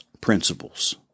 principles